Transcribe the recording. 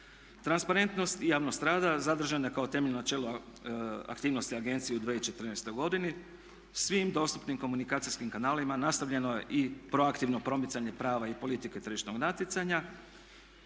Transparentnost i javnost rada zadržano je kao temeljno načelo aktivnosti agencije u 2014. godini. Svim dostupnim komunikacijskim kanalima nastavljeno je i proaktivno promicanje prava i politike tržišnog natjecanja.